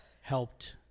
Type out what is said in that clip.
helped